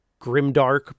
grimdark